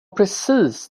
precis